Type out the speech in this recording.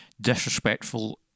disrespectful